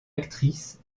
actrice